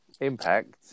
impact